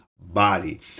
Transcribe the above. body